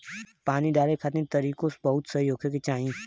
पानी डाले खातिर तरीकों बहुते सही होए के चाही